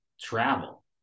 travel